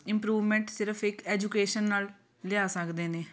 improvement ਸਿਰਫ ਇੱਕ education ਨਾਲ ਲਿਆ ਸਕਦੇ ਨੇ